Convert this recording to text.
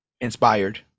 inspired